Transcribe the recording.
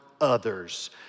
others